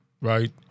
right